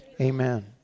amen